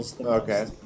Okay